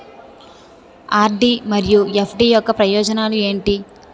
RD మరియు FD యొక్క ప్రయోజనాలు ఏంటి?